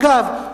אגב,